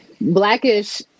blackish